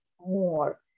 more